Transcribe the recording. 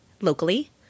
locally